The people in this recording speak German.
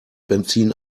benzin